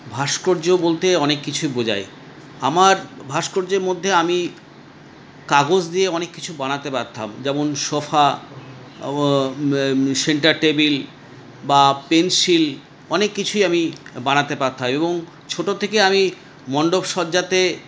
ভাস্কর্য বলতে অনেক কিছুই বোঝায় আমার ভাস্কর্যের মধ্যে আমি কাগজ দিয়ে অনেক কিছু বানাতে পারতাম যেমন সোফা সেন্টার টেবিল বা পেন্সিল অনেক কিছুই আমি বানাতে পারতাম এবং ছোট থেকে আমি মণ্ডপ সজ্জাতে